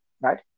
right